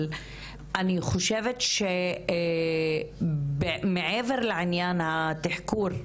אני חושבת שמעבר לעניין התחקור,